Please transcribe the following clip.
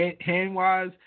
hand-wise